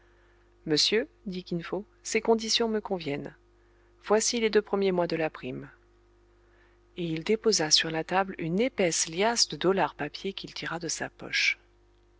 monsieur dit kin fo ces conditions me conviennent voici les deux premiers mois de la prime et il déposa sur la table une épaisse liasse de dollars papiers qu'il tira de sa poche